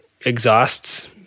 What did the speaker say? exhausts